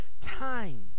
time